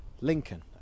Lincoln